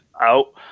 out